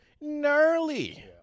gnarly